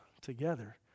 together